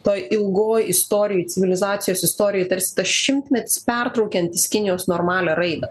toj ilgoj istorijoj civilizacijos istorijoj tarsi šimtmetis pertraukiantis kinijos normalią raidą